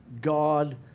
God